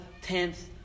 tenth